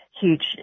huge